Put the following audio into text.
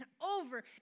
over